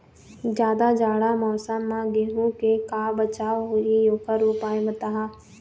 जादा जाड़ा मौसम म गेहूं के का बचाव होही ओकर उपाय बताहा?